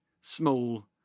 small